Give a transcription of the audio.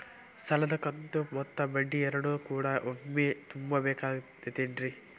ಸಾಲದ ಕಂತು ಮತ್ತ ಬಡ್ಡಿ ಎರಡು ಕೂಡ ಒಮ್ಮೆ ತುಂಬ ಬೇಕಾಗ್ ತೈತೇನ್ರಿ?